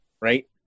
right